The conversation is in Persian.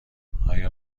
آیا